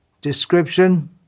description